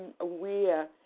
aware